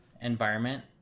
environment